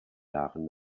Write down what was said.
jahren